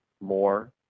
more